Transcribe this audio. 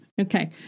Okay